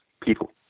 people